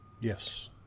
Yes